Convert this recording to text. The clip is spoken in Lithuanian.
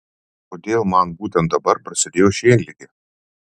kodėl man būtent dabar prasidėjo šienligė